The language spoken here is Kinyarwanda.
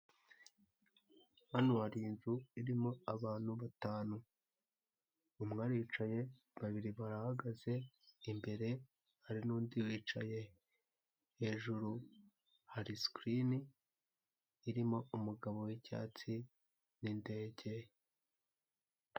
Hano hari inzu irimo abantu batanu, umwe aricaye, babiri barahagaze imbere, hari n'undi wicaye, hejuru hari sikirini irimo umugabo w'icyatsi n'indege.